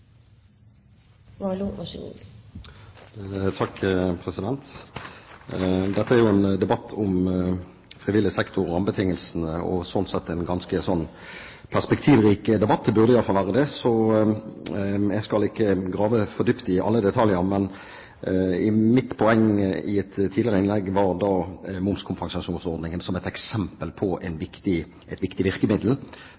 ganske perspektivrik debatt – den burde i hvert fall være det. Jeg skal ikke grave for dypt i alle detaljer, men mitt poeng i et tidligere innlegg var momskompensasjonsordningen, som et eksempel på